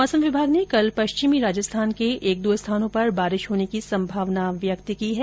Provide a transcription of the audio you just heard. मौसम विभाग ने कल पश्चिमी राजस्थान के एक दो स्थानों पर बारिश होने की संभावना व्यक्त की है